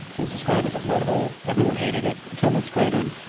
it was described as a mudhole, everyone hated it, attendance cratered,